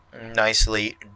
Nicely